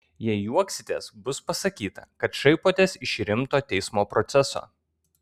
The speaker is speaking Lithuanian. jei juoksitės bus pasakyta kad šaipotės iš rimto teismo proceso